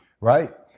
Right